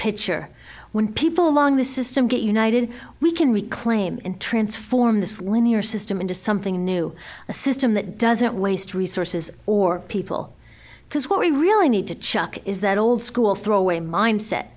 picture when people along the system get united we can reclaim and transform this linear system into something new a system that doesn't waste resources or people because what we really need to check is that old school throw away mindset